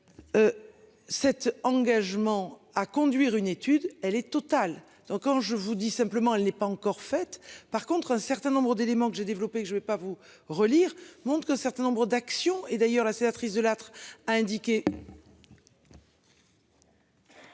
Cet engagement à conduire une étude elle est totale. Donc quand je vous dis simplement, elle n'est pas encore fait par contre un certain nombre d'éléments que j'ai développé, que je ne vais pas vous relire monde que certains nombres d'actions et d'ailleurs la sénatrice Delattre a indiqué.